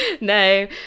No